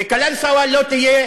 בקלנסואה לא תהיה